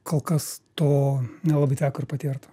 kol kas to nelabai teko ir patirt